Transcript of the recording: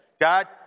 God